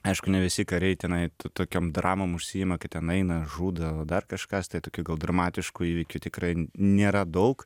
aišku ne visi kariai tenai tokiom dramom užsiima kad ten eina žudo dar kažkas tai tokių gal dramatiškų įvykių tikrai nėra daug